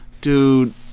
dude